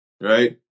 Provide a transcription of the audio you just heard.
Right